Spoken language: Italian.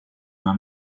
una